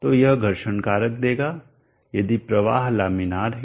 तो यह घर्षण कारक देगा यदि प्रवाह लामिनार है